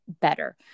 better